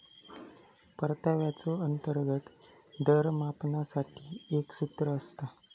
परताव्याचो अंतर्गत दर मापनासाठी एक सूत्र असता